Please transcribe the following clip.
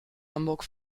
hamburg